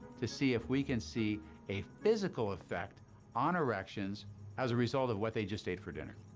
to see if we can see a physical effect on erections as a result of what they just ate for dinner.